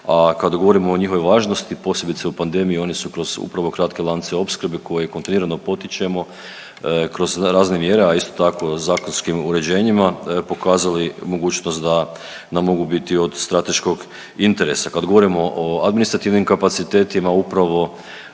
a kada govorimo o njihovoj važnosti posebice u pandemiji oni su kroz upravo kratke lance opskrbe koje kontinuirano potičemo kroz razne mjere, a isto tako zakonskim uređenjima pokazali mogućnost da nam mogu biti od strateškog interesa. Kad govorimo o administrativnim kapacitetima upravo